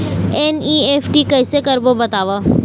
NEFT कैसे करबो बताव?